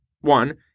one